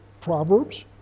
Proverbs